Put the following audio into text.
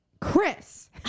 Chris